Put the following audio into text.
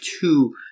two